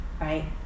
right